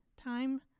time